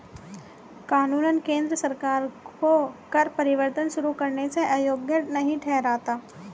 कानून केंद्र सरकार को कर परिवर्तन शुरू करने से अयोग्य नहीं ठहराता है